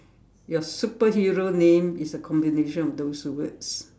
your superhero name is a combination of those words